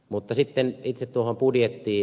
mutta sitten itse tuohon budjettiin